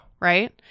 Right